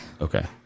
Okay